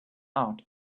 out